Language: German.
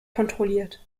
kontrolliert